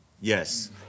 yes